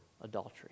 adultery